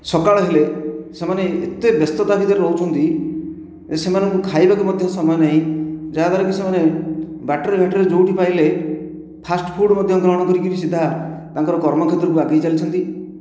ସକାଳ ହେଲେ ସେମାନେ ଏତେ ବ୍ୟସ୍ତତା ଭିତରେ ରହୁଛନ୍ତି ସେମାନଙ୍କୁ ଖାଇବାକୁ ମଧ୍ୟ ସମୟ ନାହିଁ ଯାହାଦ୍ୱାରା କି ସେମାନେ ବାଟରେ ଘାଟରେ ଯେଉଁଠି ପାଇଲେ ଫାଷ୍ଟଫୁଡ଼ ମଧ୍ୟ ଗ୍ରହଣ କରିକିରି ସିଧା ତାଙ୍କର କର୍ମ କ୍ଷେତ୍ରକୁ ଆଗେଇ ଚାଲିଛନ୍ତି